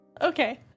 Okay